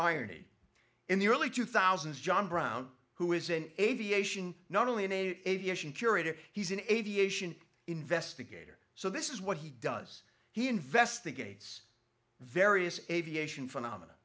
irony in the early two thousand john brown who is an aviation not only an aviation curator he's an aviation investigator so this is what he does he investigates various aviation phenomena